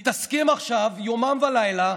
מתעסקים עכשיו יומם ולילה,